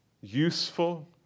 useful